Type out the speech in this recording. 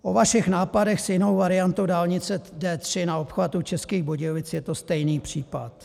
O vašich nápadech s jinou variantou dálnice D3 na obchvatu Českých Budějovic je to stejný případ.